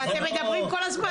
ואתם מדברים כל הזמן, תאמין לי.